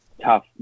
tough